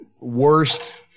worst